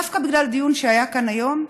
דווקא בגלל הדיון שהיה כאן היום,